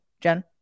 jen